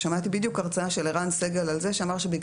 שמעתי בדיוק הרצאה של ערן סגל על זה שאמר